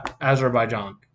azerbaijan